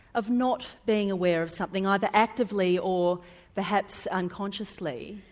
of not being aware of something, either actively or perhaps unconsciously.